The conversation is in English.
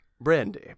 Brandy